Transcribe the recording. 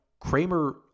Kramer